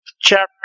Chapter